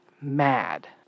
mad